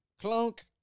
clunk